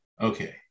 Okay